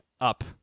up